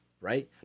right